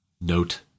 note